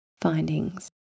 findings